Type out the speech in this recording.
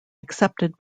accepted